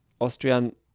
Austrian